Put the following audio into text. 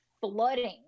flooding